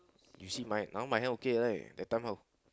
you see my now my hand okay right that time how